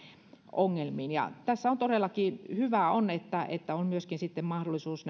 ongelmiin tässä todellakin on hyvää se että on myöskin mahdollisuus